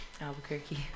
Albuquerque